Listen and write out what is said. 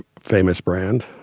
famous brand,